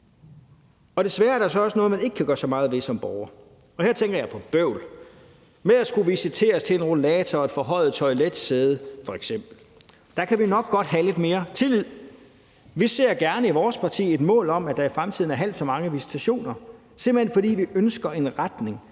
Desværre er der så også noget, man ikke kan gøre så meget ved som borger, og her tænker jeg på bøvl med at skulle visiteres til en rollator og et forhøjet toiletsæde f.eks. Der kan vi nok godt have lidt mere tillid. Vi ser gerne i vores parti et mål om, at der i fremtiden er halvt så mange visitationer, simpelt hen fordi vi ønsker en retning,